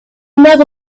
never